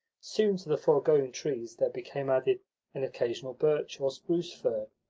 soon to the foregoing trees there became added an occasional birch or spruce fir,